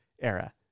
era